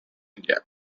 india